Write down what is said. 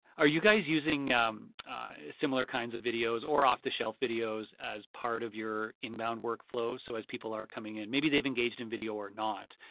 are you guys using similar kinds of videos v or off-the-shelf videos as part of your inbound workflow? so as people are coming in maybe they've engaged in video or not,